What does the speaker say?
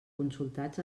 consultats